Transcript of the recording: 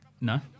No